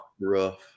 rough